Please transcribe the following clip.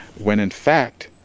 when in fact,